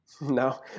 no